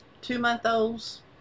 two-month-olds